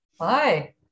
hi